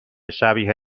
شبیه